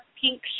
pink